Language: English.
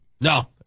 No